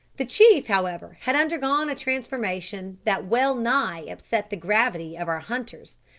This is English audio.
the chief, however, had undergone a transformation that well-nigh upset the gravity of our hunters,